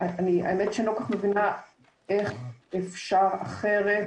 האמת היא שאני לא כל כך מבינה איך אפשר אחרת,